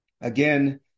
Again